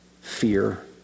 fear